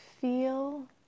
Feel